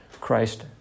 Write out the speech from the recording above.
Christ